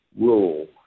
rule